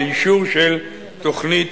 או לאישור של תוכנית